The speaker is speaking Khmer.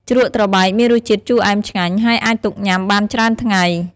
ជ្រក់ត្របែកមានរសជាតិជូរអែមឆ្ងាញ់ ហើយអាចទុកញ៉ាំបានច្រើនថ្ងៃ។